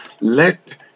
let